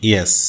Yes